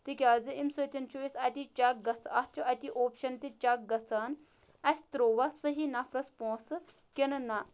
تِکیٛازِ امہِ سۭتۍ چھُ اَسہِ اَتی چَک گژھ اَتھ چھُ اَتہِ اوپشَن تہِ چَک گژھان اَسہِ ترٛواہ صحیح نَفرس پونٛسہٕ کِنہٕ نَہ